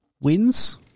wins